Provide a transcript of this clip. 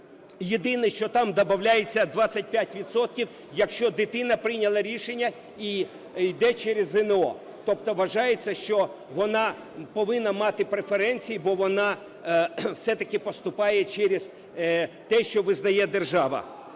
Єдине, що там добавляється 25 відсотків, якщо дитина прийняла рішення і йде через ЗНО. Тобто вважається, що вона повинна мати преференції, бо вона все-таки поступає через те, що визнає держава.